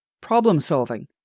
problem-solving